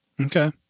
Okay